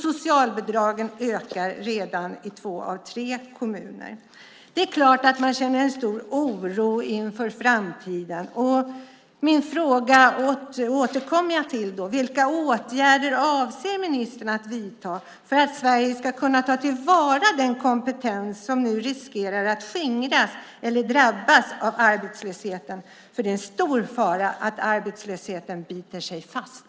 Socialbidragen ökar redan i två av tre kommuner. Det är klart att man känner en stor oro inför framtiden. Jag återkommer till min fråga: Vilka åtgärder avser ministern att vidta för att Sverige ska kunna ta till vara den kompetens som nu riskerar att skingras eller drabbas av arbetslösheten? Det är stor fara för att arbetslösheten biter sig fast.